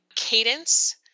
cadence